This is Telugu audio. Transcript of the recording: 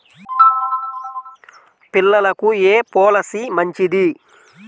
పిల్లలకు ఏ పొలసీ మంచిది?